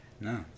No